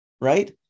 right